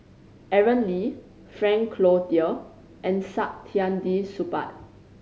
Aaron Lee Frank Cloutier and Saktiandi Supaat